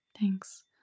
thanks